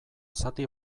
zati